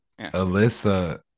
Alyssa